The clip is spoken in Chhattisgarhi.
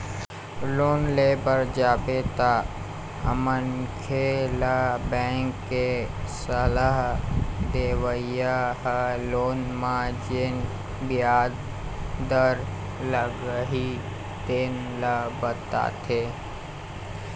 लोन ले बर जाबे तअमनखे ल बेंक के सलाह देवइया ह लोन म जेन बियाज दर लागही तेन ल बताथे